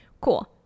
cool